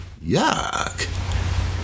yuck